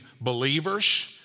believers